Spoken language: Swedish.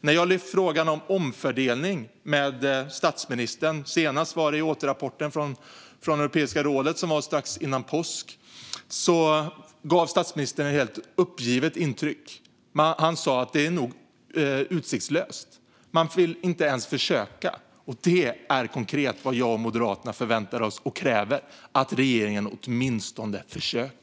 När jag har lyft fram frågan om omfördelning för statsministern - senast vid återrapporteringen från Europeiska rådet strax före påsk - har han gett ett rätt uppgivet intryck. Han sa att det nog är utsiktslöst. Man vill inte ens försöka. Och det är konkret vad jag och Moderaterna förväntar oss och kräver, att regeringen åtminstone försöker.